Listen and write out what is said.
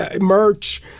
merch